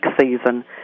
season